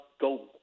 go